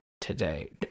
today